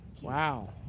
Wow